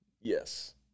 Yes